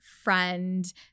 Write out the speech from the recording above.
friend